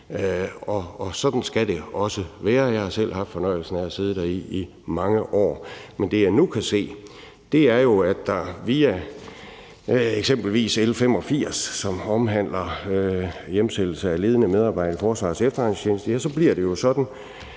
Sådan skal det også være. Jeg har selv haft fornøjelsen af at sidde der i mange år. Men det, jeg nu kan se, er jo, at det via eksempelvis L 85, som omhandler hjemsendelse af ledende medarbejdere i Forsvarets Efterretningstjeneste, bliver sådan,